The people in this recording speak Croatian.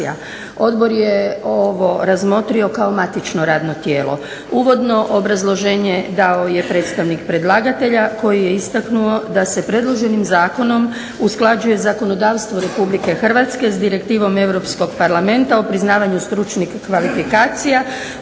Odbor je ovo razmotrio kao matično radno tijelo. Uvodno obrazloženje dao je predstavnik predlagatelja, koji je istaknuo da se predloženim zakonom usklađuje zakonodavstvo Republike Hrvatske s direktivom Europskog Parlamenta o priznavanju stručnih kvalifikacija,